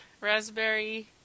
raspberry